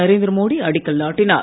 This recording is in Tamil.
நரேந்திர மோடி அடிக்கல் நாட்டினார்